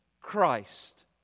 Christ